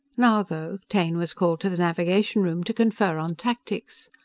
now, though, taine was called to the navigation room to confer on tactics.